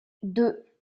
deux